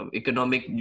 economic